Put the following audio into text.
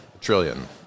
trillion